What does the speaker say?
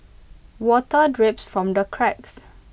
water drips from the cracks